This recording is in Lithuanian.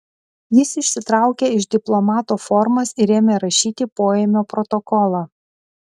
jis išsitraukė iš diplomato formas ir ėmė rašyti poėmio protokolą